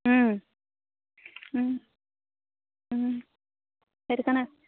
সেইটো কাৰণে